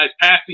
passing